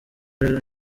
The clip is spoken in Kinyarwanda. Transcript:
rero